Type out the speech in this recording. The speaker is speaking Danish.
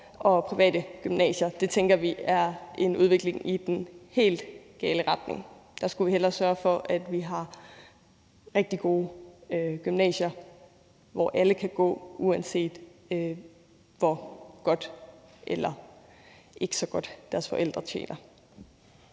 og private gymnasier. Det tænker vi er en udvikling i den helt gale retning. Der skulle vi hellere sørge for, at vi har rigtig gode gymnasier, hvor alle kan gå, uanset hvor godt eller ikke så godt deres forældre tjener.